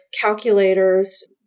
calculators